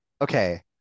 Okay